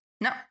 No